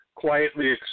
Quietly